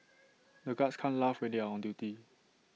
the guards can't laugh when they are on duty